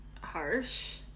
harsh